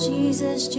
Jesus